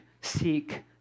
seek